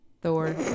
Thor